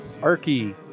Arky